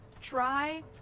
try